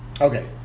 Okay